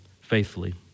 faithfully